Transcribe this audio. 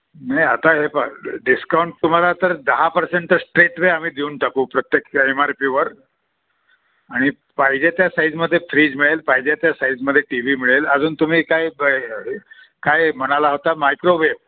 नाही आता हे प डिस्काउंट तुम्हाला तर दहा पर्सेंट तर स्ट्रेटवे आम्ही देऊन टाकू प्रत्येक एम आर पीवर आणि पाहिजे त्या साईजमध्ये फ्रीज मिळेल पाहिजे त्या साइजमध्ये टी व्ही मिळेल अजून तुम्ही काय काय म्हणाला होता मायक्रोवेव